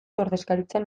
ordezkaritzan